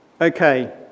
Okay